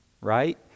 right